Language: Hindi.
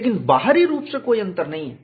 लेकिन बाहरी रूप से कोई अंतर नहीं है